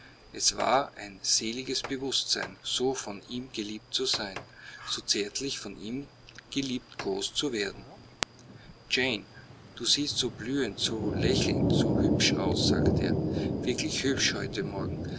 es war ein seliges bewußtsein so von ihm geliebt zu sein so zärtlich von ihm geliebkost zu werden jane du siehst so blühend so lächelnd so hübsch aus sagte er wirklich hübsch heute morgen